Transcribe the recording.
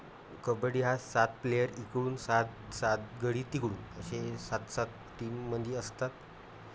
कबड्डी हा सात प्लेयर इकडून सात सात गडी तिकडून असे सात सात टीममध्ये असतात